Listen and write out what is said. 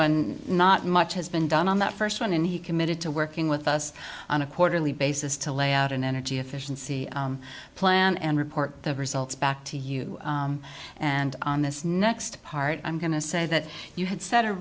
one not much has been done on that first one and he committed to working with us on a quarterly basis to lay out an energy efficiency plan and report the results back to you and on this next part i'm going to say that you had set a